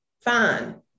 fine